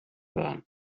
waren